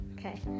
Okay